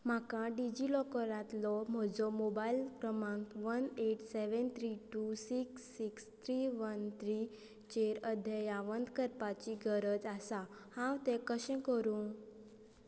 म्हाका डिजी लॉकरांतलो म्हजो मोबायल क्रमांक one eight seven three two six six three one three चेर अद्यावत करपाची गरज आसा हांव तें कशें करूं